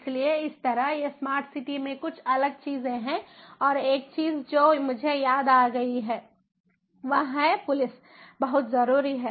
इसलिए इस तरह ये स्मार्ट सिटी में कुछ अलग चीजें हैं और एक चीज जो मुझे याद आ गई है वह है पुलिस बहुत जरूरी है